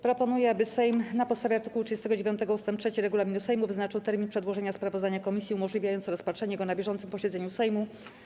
Proponuję, aby Sejm na podstawie art. 39 ust. 3 regulaminu Sejmu wyznaczył termin przedłożenia sprawozdania komisji umożliwiający rozpatrzenie go na bieżącym posiedzeniu Sejmu.